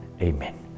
Amen